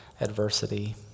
adversity